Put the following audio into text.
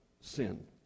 sin